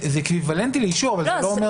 זה אקוויוולנטי לאישור אבל זה לא אומר